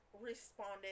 responded